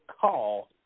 call